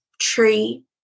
tree